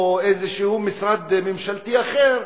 או לאיזה משרד ממשלתי אחר,